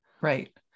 Right